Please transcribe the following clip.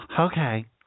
Okay